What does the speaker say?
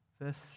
Verse